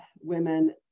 women